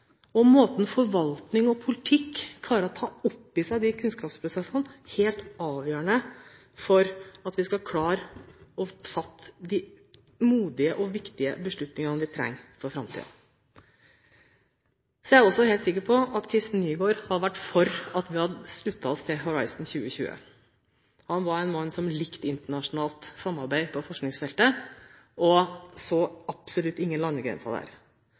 og måten forvaltning og politikk klarer å ta opp i seg de kunnskapsprosessene, helt avgjørende for at vi skal klare å fatte de modige og viktige beslutningene vi trenger for framtiden. Så er jeg også helt sikker på at Kristen Nygaard hadde vært for at vi slutter oss til Horizon 2020. Han var en mann som likte internasjonalt samarbeid på forskningsfeltet, og så absolutt ingen landegrenser der.